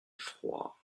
froid